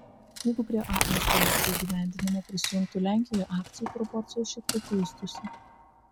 jeigu prie ae projekto įgyvendinimo prisijungtų lenkija akcijų proporcijos šiek tiek keistųsi